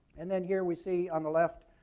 and then here we see on the left,